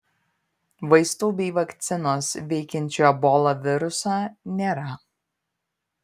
vaistų bei vakcinos veikiančių ebola virusą nėra